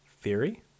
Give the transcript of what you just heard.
theory